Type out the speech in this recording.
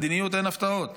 מדיניות אין הפתעות.